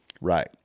Right